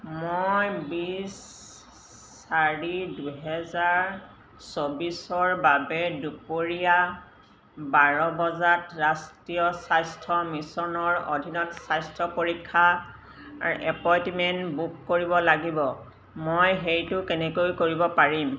মই বিছ চাৰি দুহেজাৰ চৌবিছৰ বাবে দুপৰীয়া বাৰ বজাত ৰাষ্ট্ৰীয় স্বাস্থ্য মিছনৰ অধীনত স্বাস্থ্য পৰীক্ষাৰ এপইণ্টমেণ্ট বুক কৰিব লাগিব মই সেইটো কেনেকৈ কৰিব পাৰিম